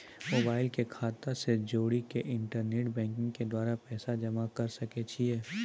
Mobile के खाता से जोड़ी के इंटरनेट बैंकिंग के द्वारा पैसा जमा करे सकय छियै?